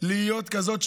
להיות כזאת,